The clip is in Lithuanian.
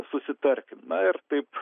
susitarkim na ir taip